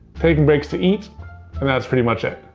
taking breaks to eat and that's pretty much it.